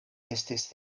estis